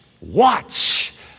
Watch